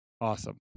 Awesome